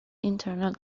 internal